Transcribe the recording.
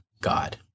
God